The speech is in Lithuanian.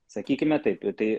sakykime taip ir tai